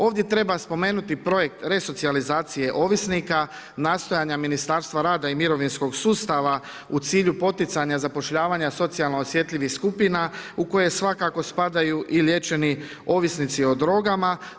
Ovdje treba spomenuti projekt resocijalizacije ovisnika, nastajanja Ministarstva rada i mirovinskog sustava u cilju poticanja zapošljavanja socijalno osjetljivih skupina u koje svakako spadaju i liječeni ovisnici o drogama.